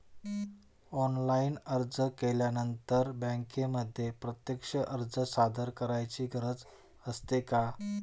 Online अर्ज केल्यानंतर बँकेमध्ये प्रत्यक्ष अर्ज सादर करायची गरज असते का?